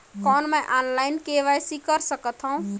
कौन मैं online KYC कर सकथव?